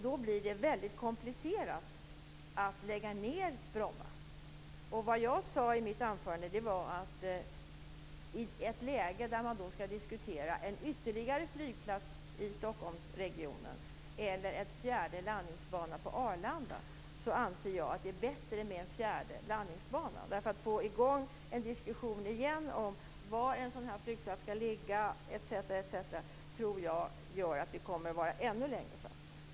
Då blir det väldigt komplicerat att lägga ned Bromma. Vad jag sade i mitt anförande var att i ett läge då man skall diskutera antingen en ytterligare flygplats i Arlanda anser jag att det är bättre med en fjärde landningsbana. Att få ytterligare en diskussion om var en sådan här flygplats skall ligga etc. tror jag bara gör att vi kommer ännu längre bort från en lösning.